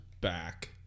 back